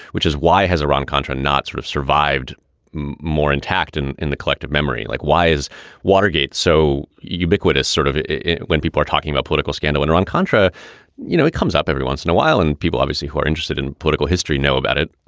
which is why has iran-contra not sort of survived more intact and in the collective memory? like why is watergate so ubiquitous, sort of when people are talking about political scandal, when iran-contra? you know, it comes up every once in a while. and people, obviously, who are interested in political history know about it,